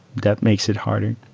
that makes it harder.